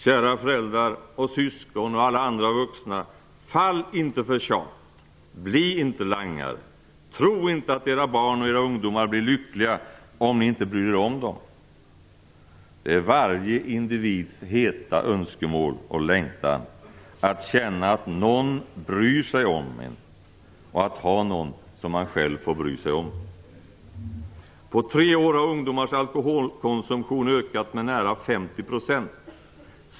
Kära föräldrar, syskon och alla andra vuxna! Fall inte för tjat, bli inte langare, tro inte att era barn och era ungdomar blir lyckliga om ni inte bryr er om dem! Det är varje individs heta önskemål och längtan att känna att någon bryr sig om en och att ha någon som man själv får bry sig om. På tre år har ungdomars alkoholkonsumtion ökat med nära 50 %.